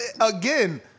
again